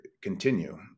continue